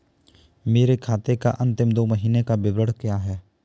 मेरे खाते का अंतिम दो महीने का विवरण क्या है?